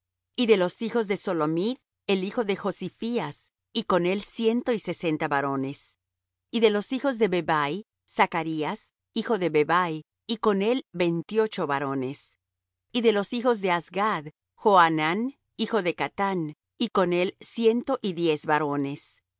y de los hijos de solomith el hijo de josiphías y con él ciento y sesenta varones y de los hijos de bebai zacarías hijo de bebai y con él veintiocho varones y de los hijos de azgad johanán hijo de catán y con él ciento y diez varones y de los